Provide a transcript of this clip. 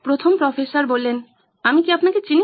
professor 1 আমি কি আপনাকে চিনি